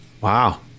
wow